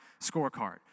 scorecard